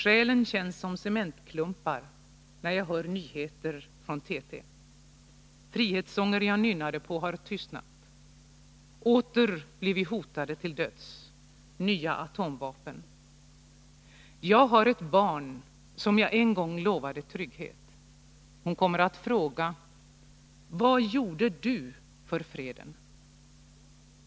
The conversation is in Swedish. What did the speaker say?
Själen känns som cementklumpar när jag hör nyheter från TT. Frihetssånger jag nynnade på, har tystnat. Åter blir vi hotade till döds. Nya atomvapen. Jag har ett barn, som jag en gång lovade trygghet. Hon kommer att fråga: Vad gjorde du för freden?